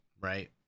right